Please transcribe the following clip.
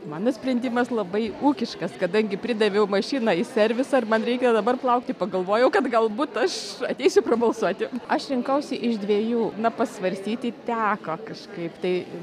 mano sprendimas labai ūkiškas kadangi pridaviau mašiną į servisą ir man reikia dabar laukti pagalvojau kad galbūt aš ateisiu prabalsuoti aš rinkausi iš dviejų na pasvarstyti teko kažkaip tai